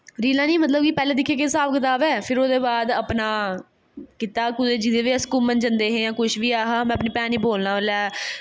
रीलां नी मतलब कि पैह्लें दिक्खेआ केह् स्हाब कताब ऐ फिर ओह्दे बाद अपना कीता कुदै जिद्धर बी अस घूमन जंदे हे जां कुछ बी है हा में अपनी भैन गी बोलना लै